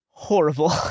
Horrible